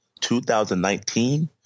2019